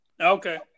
Okay